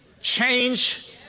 change